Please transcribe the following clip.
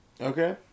Okay